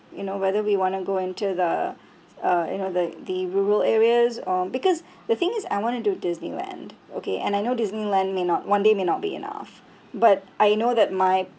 you know whether we want to go into the uh you know the the rural areas or because the thing is I want to do disneyland okay and I know disneyland may not one day may not be enough but I know that my